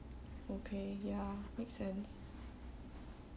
okay ya make sense